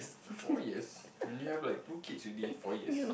four years and you have like two kids already four years